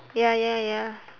ya ya ya